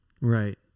Right